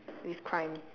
with crime